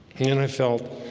and i felt